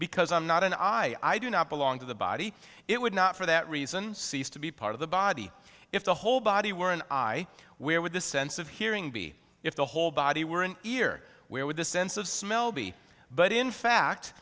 because i'm not an eye i do not belong to the body it would not for that reason cease to be part of the body if the whole body were an eye where would the sense of hearing be if the whole body were an ear where would the sense of smell be but in fact